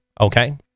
Okay